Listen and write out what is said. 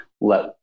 let